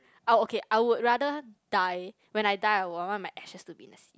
I would okay I would rather die when I die I would want my ashes to be in the sea